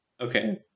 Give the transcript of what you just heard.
okay